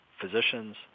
physicians